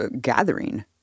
gathering